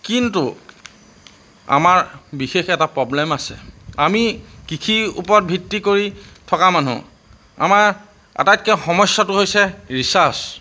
কিন্তু আমাৰ বিশেষ এটা প্ৰব্লেম আছে আমি কৃষিৰ ওপৰত ভিত্তি কৰি থকা মানুহ আমাৰ আটাইতকৈ সমস্যাটো হৈছে ৰিচাৰ্জ